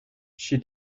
she